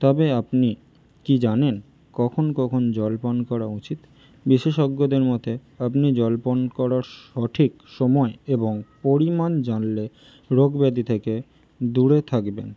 তবে আপনি কি জানেন কখন কখন জল পান করা উচিত বিশেষজ্ঞদের মতে আপনি জল পান করার সঠিক সময় এবং পরিমাণ জানলে রোগ ব্যাধি থেকে দূরে থাকবেন